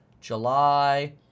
July